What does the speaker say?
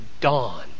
dawn